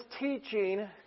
teaching